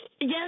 Yes